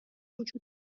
وجود